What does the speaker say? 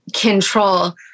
control